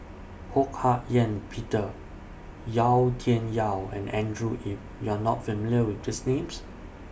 Ho Hak Ean Peter Yau Tian Yau and Andrew Yip YOU Are not familiar with These Names